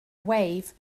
wave